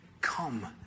come